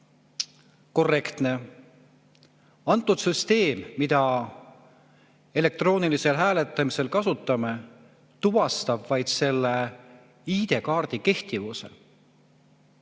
korrektne. See süsteem, mida me elektroonilisel hääletamisel kasutame, tuvastab vaid ID-kaardi kehtivuse,